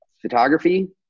photography